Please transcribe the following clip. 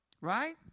Right